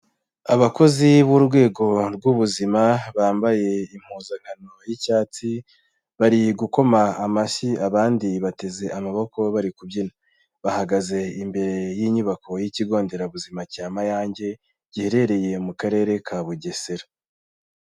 Abakozi b'urwego rw'ubuzima bambaye impuzankano y'icyatsi, bari gukoma amashyi abandi bateze amaboko bari kubyina, bahagaze imbere y'inyubako y'ikigo nderabuzima cya Mayange giherereye mu Karere ka Bugesera.